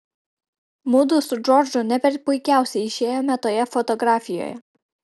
mudu su džordžu ne per puikiausiai išėjome toje fotografijoje